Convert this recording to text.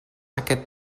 aquest